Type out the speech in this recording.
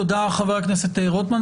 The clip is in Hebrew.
תודה, חבר הכנסת רוטמן.